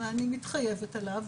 ואני מתחייבת עליו,